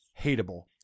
hateable